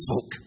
folk